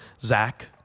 Zach